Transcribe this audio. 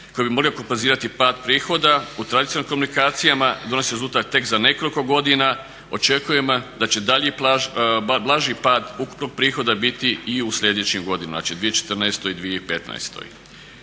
kojim bi mogli kompenzirati pad prihoda u tradicionalnim komunikacijama donose rezultat tek za nekoliko godina očekujemo da će blaži pad ukupnog prihoda biti i u sljedećim godinama, znači 2014. i 2015.